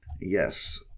Yes